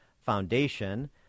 Foundation